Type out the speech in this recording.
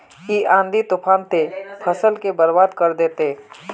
इ आँधी तूफान ते फसल के बर्बाद कर देते?